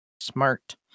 smart